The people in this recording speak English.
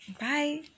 bye